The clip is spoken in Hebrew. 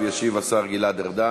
שנייה, שנייה, שנייה.